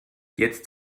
jetzt